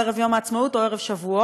ערב יום העצמאות או ערב שבועות,